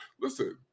Listen